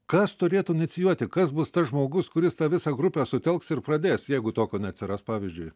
kas turėtų inicijuot ir kas bus tas žmogus kuris tą visą grupę sutelks ir pradės jeigu tokio neatsiras pavyzdžiui